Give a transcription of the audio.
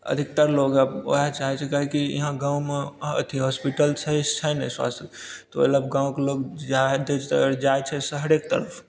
अधिकतर लोग अब ओएह चाहैत छै काहेकि हियाँ गाँवमे अथी होस्पिटल छै स्वास्थय तऽ ओहि लऽ गाँवके लोग जाइत छै शहरेके तरफ